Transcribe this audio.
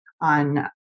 on